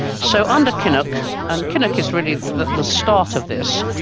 so under kinnock, and kinnock is really the the start of this,